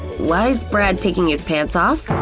why's brad taking his pants off?